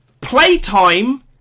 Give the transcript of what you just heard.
Playtime